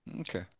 Okay